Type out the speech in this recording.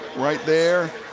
right there.